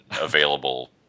available